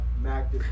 Mac